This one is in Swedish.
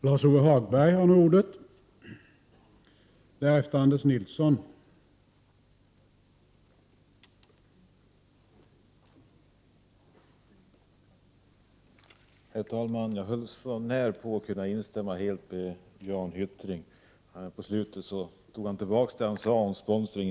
Herr talman! Jag höll så när på att instämma med Jan Hyttring, men i slutet av sitt anförande tog han i stort sett tillbaka vad han hade sagt om sponsring.